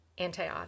antioxidant